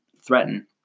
Threaten